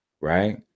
right